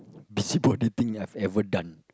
busybody thing that I've ever done